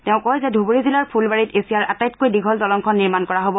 তেওঁ কয় যে ধুবুৰী জিলাৰ ফুলবাৰীত এছিয়াৰ আটাইতকৈ দীঘল দলংখন নিৰ্মাণ কৰা হব